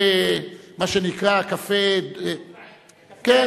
מה שנקרא, קפה, תיאטרון.